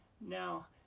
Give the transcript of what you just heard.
now